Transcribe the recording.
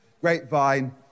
grapevine